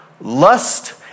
lust